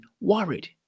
worried